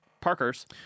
Parkers